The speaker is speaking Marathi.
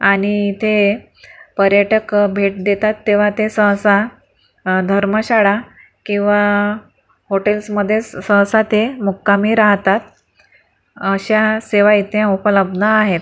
आणि इथे पर्यटक भेट देतात तेव्हा ते सहसा धर्मशाळा किंवा हॉटेल्समध्येच सहसा ते मुक्कामी राहतात अशा सेवा येथे उपलब्ध आहेत